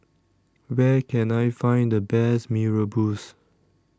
Where Can I Find The Best Mee Rebus